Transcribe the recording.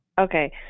Okay